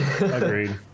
Agreed